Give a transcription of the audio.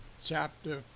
chapter